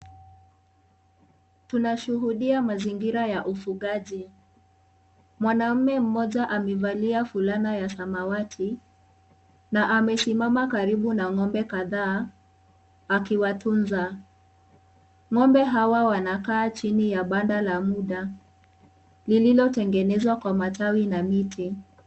Tunamshuhudia mazingira ya ufugaji , mwanamme mmoja amevalia fulana ya samawati na amesimama karibu na ngombe kadhaa akiwatunza. Ngombe hawa wanakaa chini ya banda la bunda lililotengenezwa Kwa mti.